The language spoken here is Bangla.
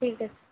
ঠিক আছে